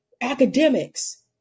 academics